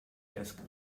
desk